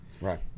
Right